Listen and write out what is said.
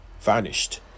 vanished